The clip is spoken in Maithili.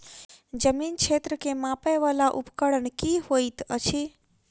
जमीन क्षेत्र केँ मापय वला उपकरण की होइत अछि?